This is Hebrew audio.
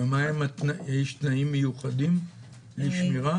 ויש תנאים מיוחדים לשמירה?